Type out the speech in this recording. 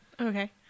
Okay